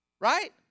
right